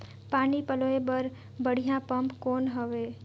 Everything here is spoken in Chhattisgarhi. पानी पलोय बर बढ़िया पम्प कौन हवय?